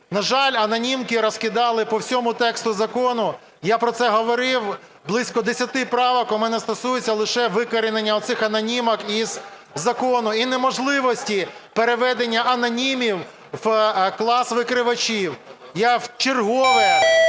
На жаль, анонімки розкидали по всьому тексту закону, я про це говорив. Близько 10 правок у мене стосуються лише викорінення оцих анонімок із закону і неможливості переведення анонімів в клас викривачів. Я вчергове,